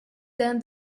than